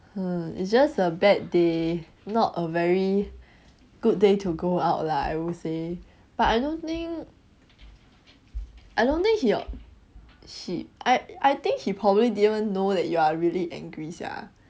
uh it's just a bad day not a very good day to go out lah I would say but I don't think I don't think he or he I think he probably didn't know that you are really angry sia